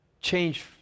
change